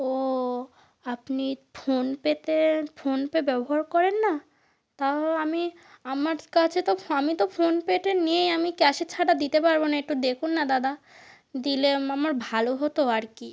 ও আপনি ফোনপেতে ফোনপে ব্যবহার করেন না তাও আমি আমার কাছে তো আমি তো ফোনপেতে নেই আমি ক্যাশে ছাড়া দিতে পারব না একটু দেখুন না দাদা দিলে আমার ভালো হতো আর কি